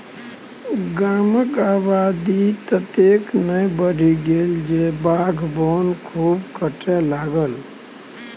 गामक आबादी ततेक ने बढ़ि गेल जे बाध बोन खूब कटय लागल